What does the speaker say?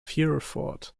hereford